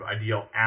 ideal